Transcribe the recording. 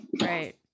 Right